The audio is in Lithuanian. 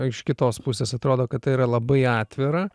iš kitos pusės atrodo kad tai yra labai atvira